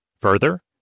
Further